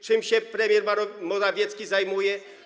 Czym się premier Morawiecki zajmuje?